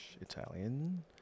Italian